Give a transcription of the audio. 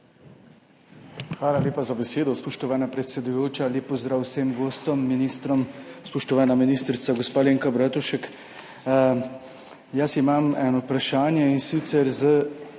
Hvala lepa za besedo, spoštovana predsedujoča. Lep pozdrav vsem gostom, ministrom! Spoštovana ministrica gospa Alenka Bratušek! Jaz imam eno vprašanje, in sicer